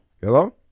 Hello